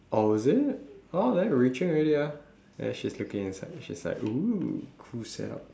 oh is it oh they reaching already ah she's looking inside she's like oh cool setup